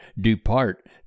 DEPART